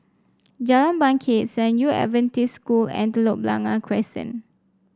Jalan Bangket San Yu Adventist School and Telok Blangah Crescent